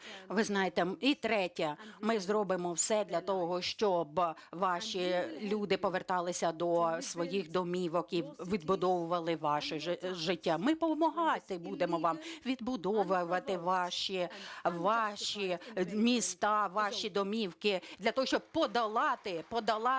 І третє, ми зробимо все для того, щоб ваші люди поверталися до своїх домівок і відбудовували ваше життя. Ми допомагати будемо вам відбудовувати ваші міста, ваші домівки для того, щоб подолати всі